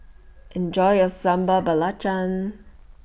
Enjoy your Sambal Belacan